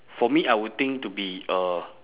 for me I would think to be a